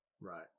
right